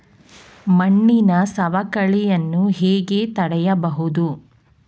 ಮಣ್ಣಿನ ಸವಕಳಿಯನ್ನು ಹೇಗೆ ತಡೆಯಬಹುದು?